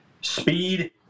speed